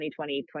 2020